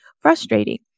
frustrating